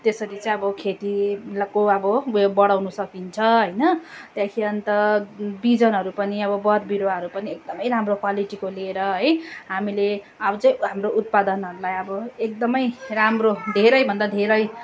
त्यसरी चाहिँ अब खेतीको अब ब बढाउन सकिन्छ होइन त्यहाँदेखि अन्त बिजनहरू पनि अब बोट बिरुवाहरू पनि एकदमै राम्रो क्वालिटीको लिएर है हामीले अब चाहिँ हाम्रो उत्पादनहरूलाई अब एकदमै राम्रो धेरै भन्दा धेरै